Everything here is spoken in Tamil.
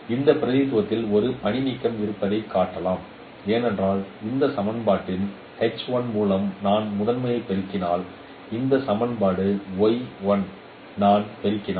இந்த பிரதிநிதித்துவத்தில் ஒரு பணிநீக்கம் இருப்பதைக் காட்டலாம் ஏனென்றால் இந்த சமன்பாட்டின் மூலம் நான் முதன்மையாகப் பெருக்கினால் இந்த சமன்பாட்டோடு நான் பெருக்கினால்